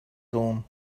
dawn